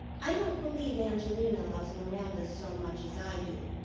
i don't believe angelina loves miranda so much as i do.